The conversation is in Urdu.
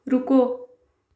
رکو